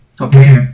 Okay